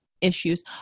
issues